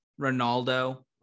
Ronaldo